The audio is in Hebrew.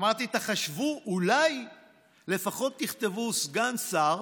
אמרתי: תחשבו, אולי לפחות תכתבו סגן שר